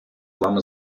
вами